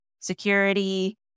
security